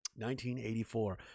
1984